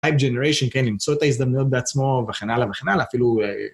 טייפ ג'נריישן, כן, למצוא את ההזדמנויות בעצמו וכן הלאה וכן הלאה, אפילו...